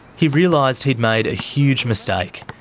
he realised he'd made a huge mistake,